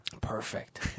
Perfect